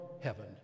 heaven